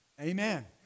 Amen